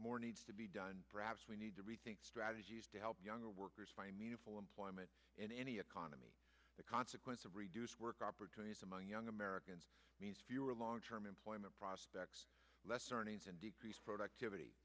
more needs to be done perhaps we need to rethink strategies to help younger workers find meaningful employment in any economy the consequence of reduced work opportunities among young americans means fewer long term employment prospects less earnings and decreased productivity